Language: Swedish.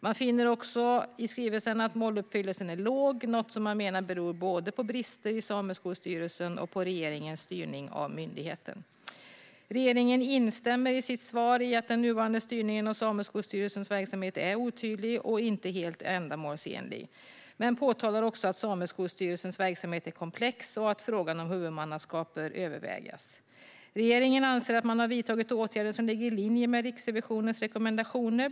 Man finner också i skrivelsen att måluppfyllelsen är låg, något som man menar beror både på brister i Sameskolstyrelsen och på regeringens styrning av myndigheten. Regeringen instämmer i sitt svar i att den nuvarande styrningen av Sameskolstyrelsens verksamhet är otydlig och inte helt ändamålsenlig. Men påpekar dock också att Sameskolstyrelsens verksamhet är komplex och att frågan om huvudmannaskap bör övervägas. Regeringen anser att man har vidtagit åtgärder som ligger i linje med Riksrevisionens rekommendationer.